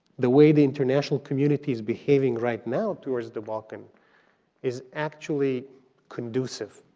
the way the international community is behaving right now towards the balkan is actually conducive